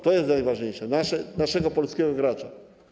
To jest najważniejsze: naszego polskiego gracza.